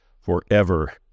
forever